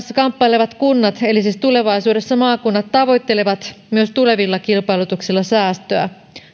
kamppailevat kunnat eli siis tulevaisuudessa maakunnat tavoittelevat myös tulevilla kilpailutuksilla säästöä